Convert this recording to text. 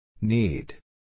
Need